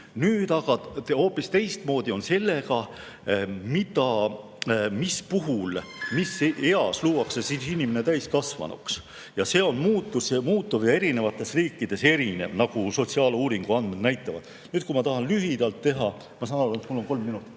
riikides. Hoopis teistmoodi on sellega, mis puhul, mis eas loetakse inimene täiskasvanuks. See on muutuv, erinevates riikides erinev, nagu sotsiaaluuringu andmed näitavad. Nüüd, kui ma tahan teha lühidalt – ma saan aru, et mul on kolm minutit